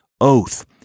oath